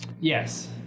Yes